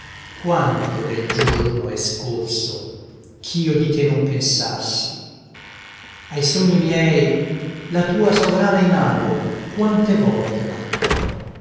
quanto del giorno è scorso ch'io di te non pensassi ai sogni miei la tua sovrana imago quante volte mancò